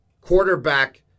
quarterback